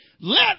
Let